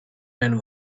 men